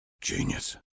Genius